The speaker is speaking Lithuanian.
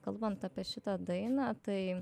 kalbant apie šitą dainą tai